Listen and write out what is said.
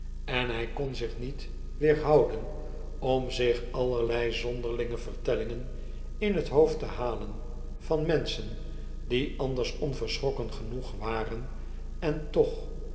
en hg kon zich niet weerhouden om zich allerlei zonderlinge vertellingen in het hoofd te halen van menschen die anders onverschrokken genoeg waren en toch